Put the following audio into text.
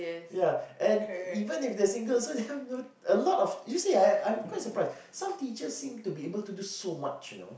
ya and even if they're single also they have no a lot of you see ah I'm I'm quite surprised some teachers seem to be able to do so much you know